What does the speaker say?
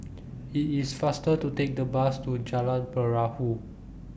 IT IS faster to Take The Bus to Jalan Perahu